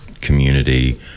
community